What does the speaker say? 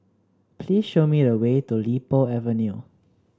please show me the way to Li Po Avenue